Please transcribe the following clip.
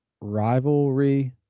rivalry